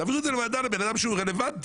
תעבירו את זה לבן-אדם שהוא רלוונטי,